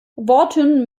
worten